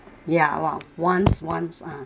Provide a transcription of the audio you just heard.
ya one once once ah